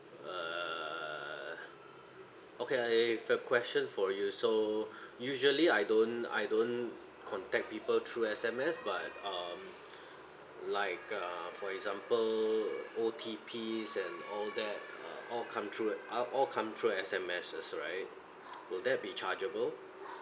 err okay I have a question for you so usually I don't I don't contact people through S_M_S but uh like uh for example O_T_Ps and all that uh all come through it uh all come through S_M_Ses right will that be chargeable